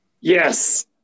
Yes